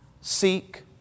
seek